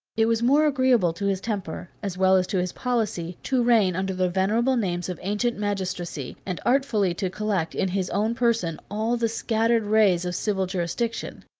it was more agreeable to his temper, as well as to his policy, to reign under the venerable names of ancient magistracy, and artfully to collect, in his own person, all the scattered rays of civil jurisdiction.